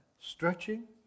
stretching